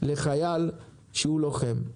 לחייל שהוא לוחם.